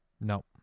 No